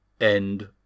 End